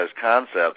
concepts